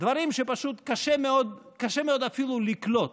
דברים שפשוט קשה מאוד, קשה מאוד אפילו לקלוט.